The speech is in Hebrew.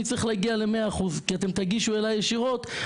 אצטרך להגיע ל-100 אחוז כי אתם תגישו אליי ישירות.